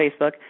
Facebook